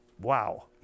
Wow